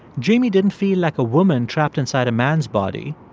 jamie didn't feel like a woman trapped inside a man's body.